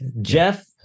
Jeff